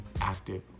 active